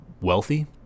wealthy